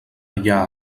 allà